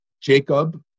jacob